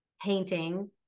painting